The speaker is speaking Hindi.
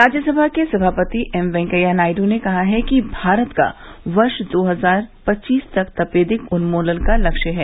राज्यसभा के सभापति एम वेंकैया नायडू ने कहा है कि भारत का वर्ष दो हजार पच्चीस तक तपेदिक उन्मूलन का लक्ष्य है